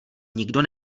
nikdo